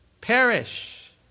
Perish